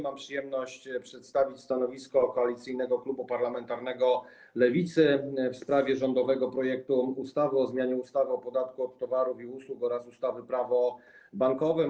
Mam przyjemność przedstawić stanowisko Koalicyjnego Klubu Parlamentarnego Lewicy w sprawie rządowego projektu ustawy o zmianie ustawy o podatku od towarów i usług oraz ustawy - Prawo bankowe.